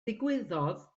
ddigwyddodd